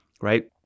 right